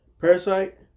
Parasite